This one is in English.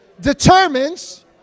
determines